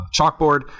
chalkboard